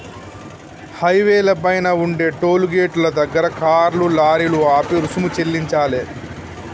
హైవేల పైన ఉండే టోలు గేటుల దగ్గర కార్లు, లారీలు ఆపి రుసుము చెల్లించాలే